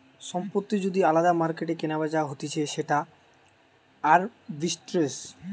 সম্পত্তি যদি আলদা মার্কেটে কেনাবেচা হতিছে সেটা আরবিট্রেজ